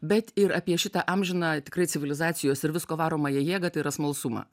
bet ir apie šitą amžiną tikrai civilizacijos ir visko varomąją jėgą tai yra smalsumą